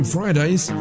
Fridays